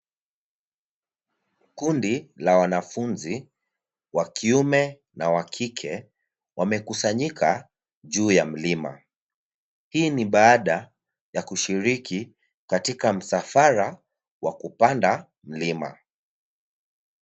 Kundi la wanafunzi wa kiume na wa kike wamekusanyika juu wa mlima hii ni baada ya kushiriki katika msafara wa kupanda mlima.